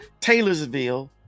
Taylorsville